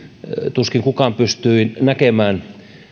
tuskin kukaan pystyi näkemään